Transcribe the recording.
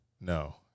No